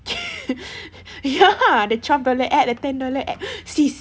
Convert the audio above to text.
ya the twelve dollar app ten dollar app sis